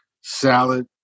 salad